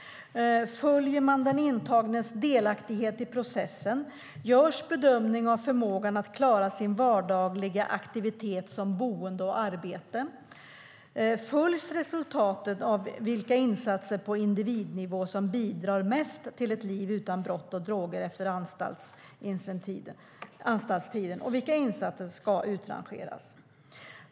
Följer man den intagnes delaktighet i processen? Görs bedömning av förmågan att klara sin vardagliga aktivitet, som boende och arbete? Följs resultatet av vilka insatser på individnivå som bidrar mest till ett liv utan brott och droger efter anstaltstiden, och vilka insatser ska utrangeras?